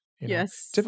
Yes